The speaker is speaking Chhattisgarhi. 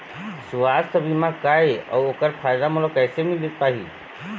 सुवास्थ बीमा का ए अउ ओकर फायदा मोला कैसे मिल पाही?